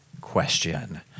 question